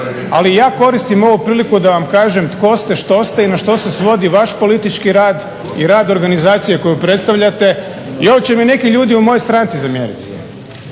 ali ja koristim ovu priliku da vam kažem tko ste, što ste i na što se svodi vaš politički rad i rad organizacije koju predstavljate. I ovo će mi neki ljudi u mojoj stranci zamjeriti